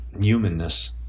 humanness